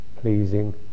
pleasing